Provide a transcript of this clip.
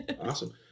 awesome